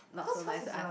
not so nice to ask